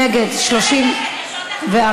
נגד, 34,